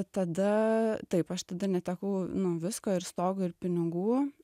tada taip aš tada netekau nu visko ir stogo ir pinigų